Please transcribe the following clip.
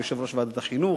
ויושב-ראש ועדת החינוך,